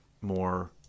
more